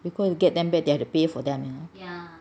you go and get them back they have to pay for them